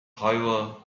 however